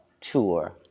tour